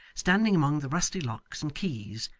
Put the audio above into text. standing among the rusty locks and keys,